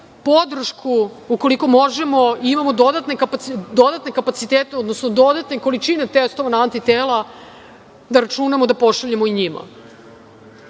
podršku, ukoliko možemo, imamo dodatne kapacitete, odnosno dodatne količine testova na antitela, da računamo da pošaljemo i njima. Srbija